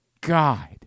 God